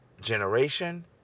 generation